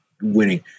winning